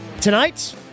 Tonight